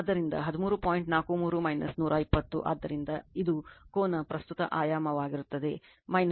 43 120 ಆದ್ದರಿಂದ ಇದು ಕೋನ ಪ್ರಸ್ತುತ ಆಯಾಮವಾಗಿರುತ್ತದೆ ಒಮ್ಮೆ 6